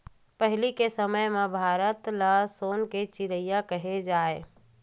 पहिली के समे म भारत ल सोन के चिरई केहे जाए